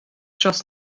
dros